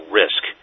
risk